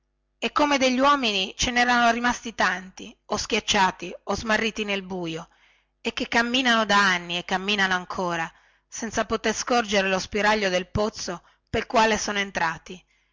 e come degli uomini ce nerano rimasti tanti o schiacciati o smarriti nel buio e che camminano da anni e camminano ancora senza poter scorgere lo spiraglio del pozzo pel quale sono entrati